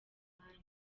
mwanya